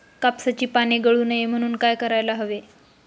कापसाची पाने गळू नये म्हणून काय करायला हवे?